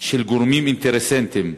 של גורמים אינטרסנטיים,